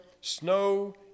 snow